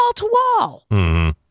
Wall-to-wall